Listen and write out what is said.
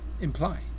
imply